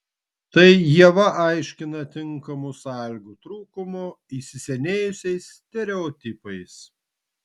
tai ieva aiškina tinkamų sąlygų trūkumu įsisenėjusiais stereotipais